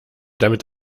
damit